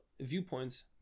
viewpoints